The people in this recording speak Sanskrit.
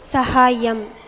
सहायम्